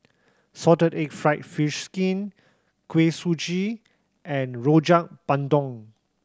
salted egg fried fish skin Kuih Suji and Rojak Bandung